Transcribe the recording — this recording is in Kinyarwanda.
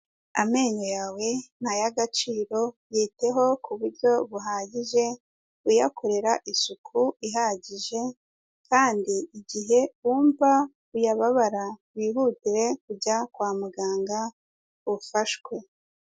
Amenyo yawe ni ayagaciro, yiteho ku buryo buhagije uyakorera isuku ihagije kandi igihe wumva uyababara wihutire kujya kwa muganga ufashwe.